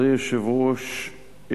אדוני היושב-ראש,